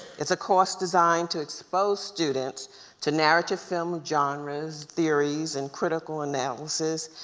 it's a course designed to expose students to narrative film genres, theories, and critical analysis,